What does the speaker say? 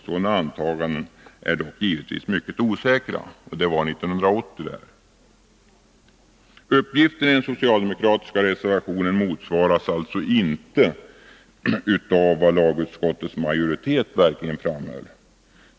Sådana antaganden är dock givetvis mycket osäkra.” Det var alltså 1980. Uppgiften i den socialdemokratiska reservationen motsvaras alltså inte av vad lagutskottets majoritet verkligen framhöll.